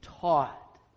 taught